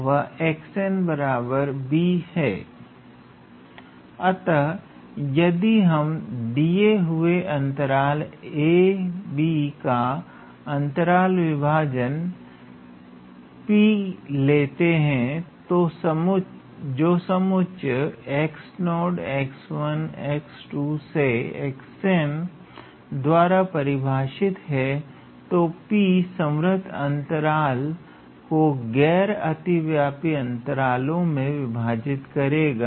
अतः यदि हम दिये हुए अंतराल 𝑎b का अंतराल विभाजन 𝑃 लेते हैं जो समुच्चय सेद्वारा परिभाषित है तो P संवृत अंतराल को गैर अतिव्यापी अंतरालों में विभाजित करेगा